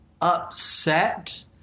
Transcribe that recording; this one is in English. upset